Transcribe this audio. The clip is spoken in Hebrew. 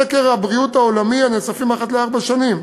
מסקר הבריאות העולמי, הנאספים אחת לארבע שנים.